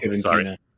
sorry